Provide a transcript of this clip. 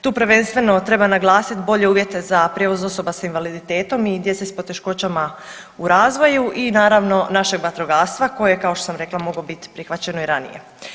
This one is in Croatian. Tu prvenstveno treba naglasit bolje uvjete za prijevoz osoba s invaliditetom i djece s poteškoćama u razvoju i naravno našeg vatrogastva koje kao što sam rekla moglo bit prihvaćeno i ranije.